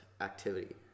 activity